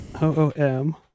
O-O-M